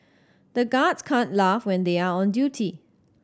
the guards can't laugh when they are on duty